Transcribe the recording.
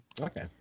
Okay